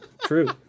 true